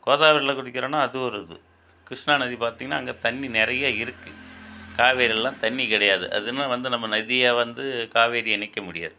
கோதாவரியில் குளிக்கிறோனால் அது ஒரு இது கிருஷ்ணா நதி பார்த்திங்கன்னா அங்கே தண்ணி நிறைய இருக்குது காவேரிலெல்லாம் தண்ணி கிடையாது அதுனால் வந்து நம்ம நதியாக வந்து காவேரி இணைக்க முடியாது